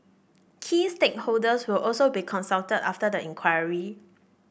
key stakeholders will also be consulted after the inquiry